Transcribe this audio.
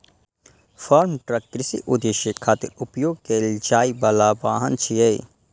farm truck कृषि उद्देश्य खातिर उपयोग कैल जाइ बला वाहन छियै